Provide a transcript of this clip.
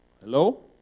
Hello